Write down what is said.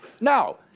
Now